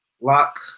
Lock